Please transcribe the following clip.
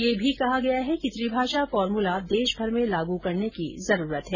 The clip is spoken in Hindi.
यह भी कहा गया है कि त्रिभाषा फार्मूला देशभर में लागू करने की जरूरत है